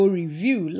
review